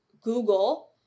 Google